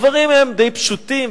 הדברים הם די פשוטים,